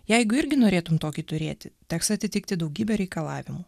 jeigu irgi norėtum tokį turėti teks atitikti daugybę reikalavimų